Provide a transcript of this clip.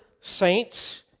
saints